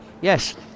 Yes